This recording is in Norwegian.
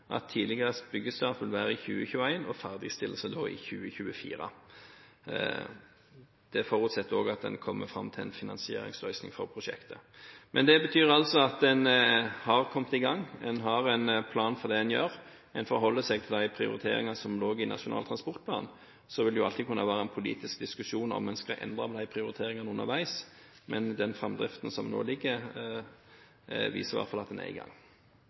at byggestart tidligst vil være i 2021 og ferdigstillelse da i 2024. Det forutsetter også at en kommer fram til en finansieringsløsning for prosjektet. Men det betyr altså at en har kommet i gang, en har en plan for det en gjør, en forholder seg til de prioriteringene som lå i Nasjonal transportplan. Så vil det jo alltid kunne være en politisk diskusjon om en skal endre på de prioriteringene underveis, men den framdriften som nå ligger, viser i hvert fall at en er i gang.